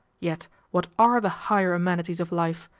yet what are the higher amenities of life?